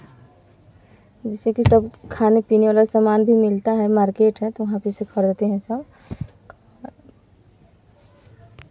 जैसे कि सब खाने पीने वाला सामान भी मिलता है मार्केट है तो वहाँ पर से खरीदते हैं सब